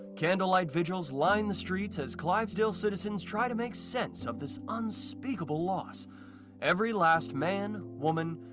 candlelight vigils line the streets, as clivesdale citizens try to make sense of this unspeakable loss every last man, woman,